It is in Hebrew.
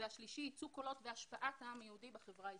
והשלישי ייצוג קולות והשפעת העם היהודי בחברה הישראלית.